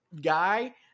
guy